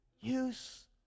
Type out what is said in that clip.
use